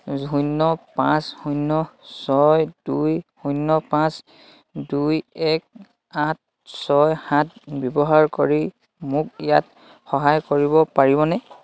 শূন্য পাঁচ শূন্য ছয় দুই শূন্য পাঁচ দুই এক আঠ ছয় সাত ব্যৱহাৰ কৰি মোক ইয়াত সহায় কৰিব পাৰিবনে